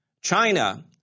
China